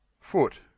foot